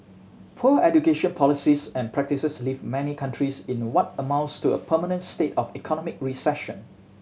poor education policies and practices leave many countries in what amounts to a permanent state of economic recession